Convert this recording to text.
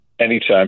Anytime